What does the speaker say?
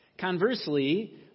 Conversely